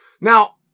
Now